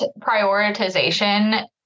prioritization